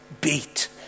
beat